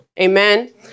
Amen